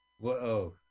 Whoa